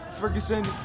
Ferguson